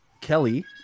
Kelly